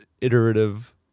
iterative